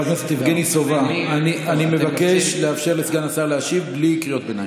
אבל אתה מכיר בזוגות האלה, זה לא שאתה לא מכיר.